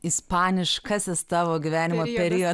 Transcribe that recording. ispaniškasis tavo gyvenimo period